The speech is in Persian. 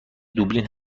دوبلین